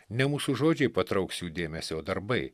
ne mūsų žodžiai patrauks jų dėmesį o darbai